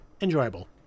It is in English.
enjoyable